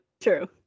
True